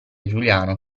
giuliano